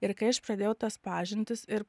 ir kai aš pradėjau tas pažintis ir